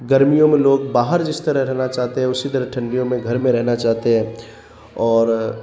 گرمیوں میں لوگ باہر جس طرح رہنا چاہتے ہیں اسی طرح ٹھنڈیوں میں گھر میں رہنا چاہتے ہیں اور